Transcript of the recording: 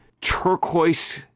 turquoise